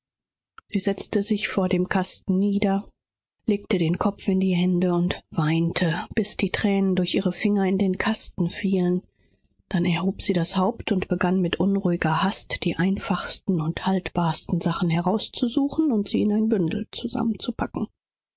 sie setzte sich nieder an den kasten lehnte ihr haupt in ihre hände und weinte bis die thränen durch ihre finger in den kasten niederfielen dann plötzlich sich aufrichtend begann sie mit ängstlicher eile die einfachsten und dauerhaftesten stücke auszusuchen und sie in ein bündel